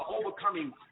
overcoming